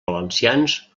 valencians